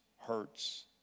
Hurts